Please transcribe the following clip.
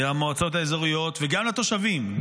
המועצות האזוריות וגם לתושבים,